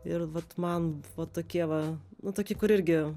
ir vat man tokie va nu tokie kur irgi